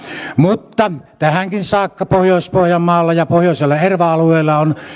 mutta tähänkin saakka pohjois pohjanmaalla ja pohjoisella erva alueella on